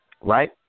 Right